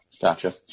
Gotcha